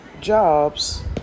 jobs